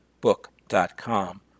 book.com